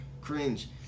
cringe